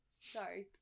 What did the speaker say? sorry